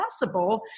possible